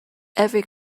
every